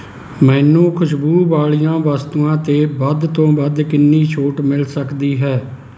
ਮੈਨੂੰ ਖੁਸ਼ਬੂ ਵਾਲੀਆਂ ਵਸਤੂਆਂ 'ਤੇ ਵੱਧ ਤੋਂ ਵੱਧ ਕਿੰਨੀ ਛੋਟ ਮਿਲ ਸਕਦੀ ਹੈ